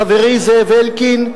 חברי זאב אלקין,